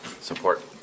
support